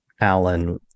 Alan